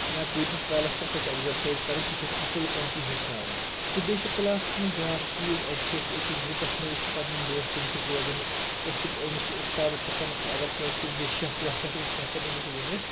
یا کۭتِس کالَس چھِ اَکھ اَکھ اٮ۪کزَرسایز کَرٕنۍ سُہ چھِ اَسہِ اَصٕل پٲٹھۍ ہیٚچھناوان تہٕ بیٚیہِ چھِ کٕلاسَس منٛز بیٛاکھ چیٖز اَتہِ چھِ أسۍ أکِس گُرٛپَس منٛز أسۍ چھِ پںٛنٮ۪ن دوستَن سۭتۍ روزان أسۍ چھِ أمِس اُستادَس ہٮ۪کان اگر کٲنٛسِہ کُنہِ جاے شَک وَک آسہِ أسۍ چھِ ہٮ۪کان أمِس ؤنِتھ